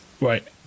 right